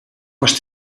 was